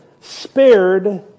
spared